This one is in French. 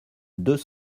deux